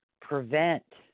prevent